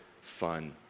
fun